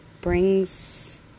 brings